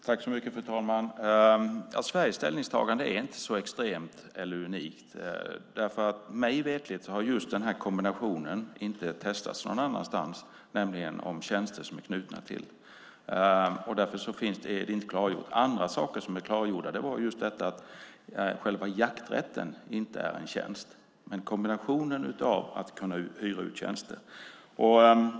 Fru talman! Sveriges ställningstagande är inte så extremt eller unikt. Mig veterligt har nämligen just denna kombination av tjänster som är knutna till detta inte testats någon annanstans. Därför är det inte klargjort. Andra saker som är klargjorda är just att själva jakträtten inte är en tjänst, men det handlar om kombinationen av att kunna hyra ut tjänster.